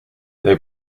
they